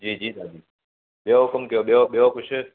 जी जी दादी ॿियो हुकुमु कयो ॿियो ॿियो कुझु